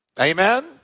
Amen